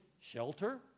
Shelter